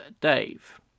Dave